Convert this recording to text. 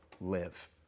live